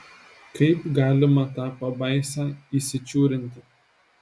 kaip galima tą pabaisą įsičiūrinti